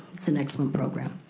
it's an excellent program.